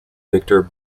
victor